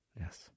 Yes